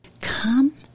Come